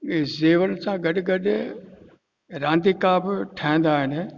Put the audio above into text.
ज़ेवर सां गॾ गॾ रांदीका बि ठहंदा आहिनि